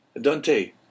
Dante